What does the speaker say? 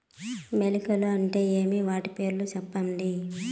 మొలకలు అంటే ఏమి? వాటి పేర్లు సెప్పండి?